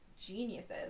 geniuses